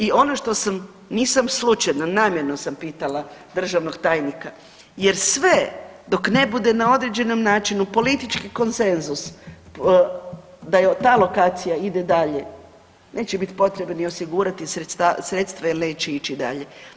I ono što sam, nisam slučajno, namjerno sam pitala državnog tajnika jer sve dok ne bude na određenom načinu politički konsenzus, da je ta lokacija ide dalje, neće biti potrebe ni osigurati sredstva jer neće ići dalje.